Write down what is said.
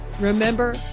Remember